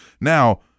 Now